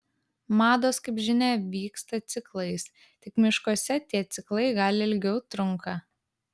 mados kaip žinia vyksta ciklais tik miškuose tie ciklai gal ilgiau trunka